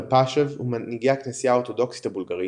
פשב ומנהיגי הכנסייה האורתודוקסית הבולגרית,